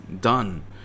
done